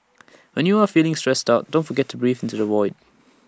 when you are feeling stressed out don't forget to breathe into the void